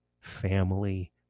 family